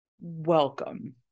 welcome